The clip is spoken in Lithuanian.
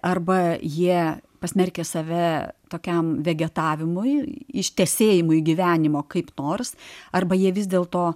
arba jie pasmerkia save tokiam vegetavimui ištesėjimui gyvenimo kaip nors arba jie vis dėlto